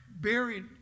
buried